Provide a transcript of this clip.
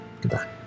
Goodbye